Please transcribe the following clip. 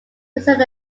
present